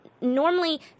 normally